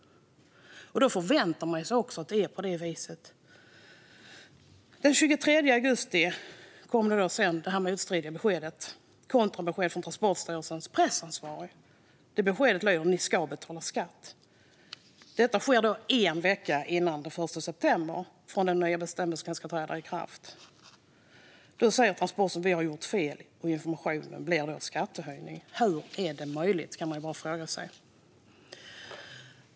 Då förväntar man sig ju också att det är på det viset. Den 23 augusti kom så detta motstridiga besked - ett kontrabesked från Transportstyrelsens pressansvarige. Det beskedet löd: Ni ska betala skatt! Detta skedde en vecka före den 1 september, då de nya bestämmelserna skulle träda i kraft. Transportstyrelsen sa då att de gjort fel med informationen och att det blir en skattehöjning. Hur är det möjligt, kan man fråga sig.